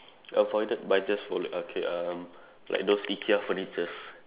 avoided by just following okay um like those IKEA furnitures